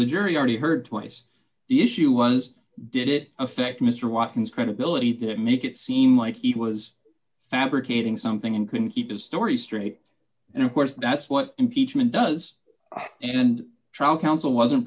the jury already heard twice the issue was did it affect mr watkins credibility to make it seem like he was fabricating something and couldn't keep his story straight and of course that's what impeachment does and trial counsel wasn't